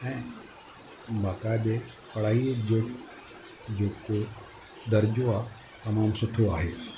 ऐं बाक़ाइदे पढ़ाईअ जो जेको दर्ज़ो आहे तमामु सुठो आहे